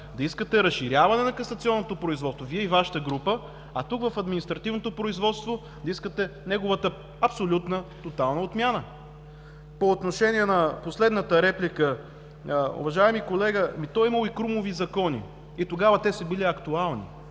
да искате разширяване на касационното производство Вие и Вашата група, а тук, в административното производство, да искате неговата абсолютна тотална отмяна. По отношение на последната реплика. Уважаеми колега, то е имало и Крумови закони и тогава те са били актуални.